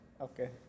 Okay